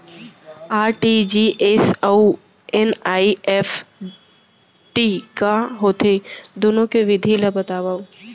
RTGS अऊ NEFT का होथे, दुनो के विधि ला बतावव